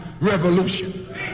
revolution